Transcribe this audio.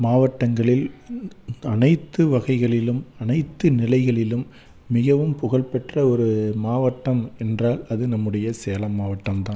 மாவாட்டங்களில் அனைத்து வகைகளிலும் அனைத்து நிலைகளிலும் மிகவும் புகழ்பெற்ற ஒரு மாவட்டம் என்றால் அது நம்முடைய சேலம் மாவட்டம் தான்